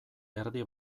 erdi